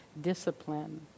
discipline